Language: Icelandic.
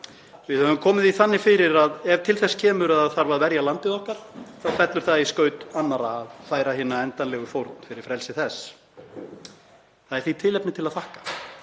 Við höfum komið því þannig fyrir að ef til þess kemur að það þarf að verja landið okkar þá fellur það í skaut annarra að færa hina endanlegu fórn fyrir frelsi þess. Það er því tilefni til að þakka